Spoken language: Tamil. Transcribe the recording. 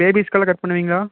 பேபீஸுக்லாம் கட் பண்ணுவீங்களா